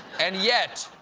and, yet,